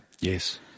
Yes